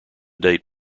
date